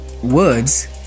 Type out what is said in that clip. words